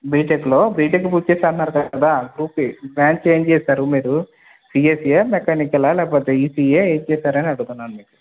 బీటెక్లో బీటెక్ పూర్తి చేశాను అంటున్నారు కదా గ్రూప్ ఏ బ్రాంచ్ ఏమి చేశారు మీరు సిఈసి ఆ మెకానికల్ ఆ లేకపోతే ఈసీఈ ఆ ఏమి చేశారు అని అడుగుతున్నాను మీకు